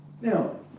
Now